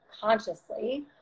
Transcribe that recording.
consciously